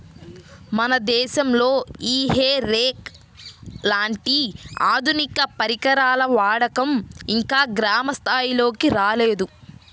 మన దేశంలో ఈ హే రేక్ లాంటి ఆధునిక పరికరాల వాడకం ఇంకా గ్రామ స్థాయిల్లోకి రాలేదు